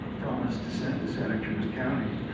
promised to send to santa cruz county?